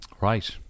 right